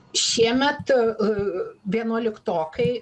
šiemet vienuoliktokai